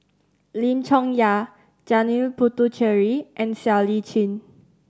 Lim Chong Yah Janil Puthucheary and Siow Lee Chin